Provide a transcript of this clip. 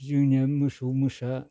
जोंनिया मोसौ मोसा